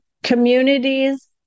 Communities